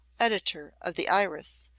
editor of the iris,